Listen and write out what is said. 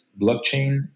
blockchain